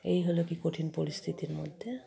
এই হলো কি কঠিন পরিস্থিতির মধ্যে